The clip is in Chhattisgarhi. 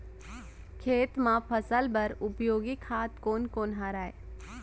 खेत म फसल बर उपयोगी खाद कोन कोन हरय?